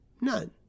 None